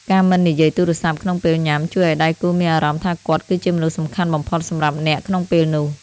ការមិននិយាយទូរស័ព្ទក្នុងពេលញ៉ាំ ជួយឱ្យដៃគូមានអារម្មណ៍ថាគាត់គឺជាមនុស្សសំខាន់បំផុតសម្រាប់អ្នកក្នុងពេលនោះ។